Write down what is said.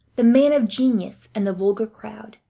the man of genius and the vulgar crowd,